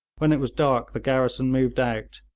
when it was dark, the garrison moved out,